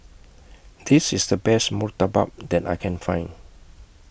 This IS The Best Murtabak that I Can Find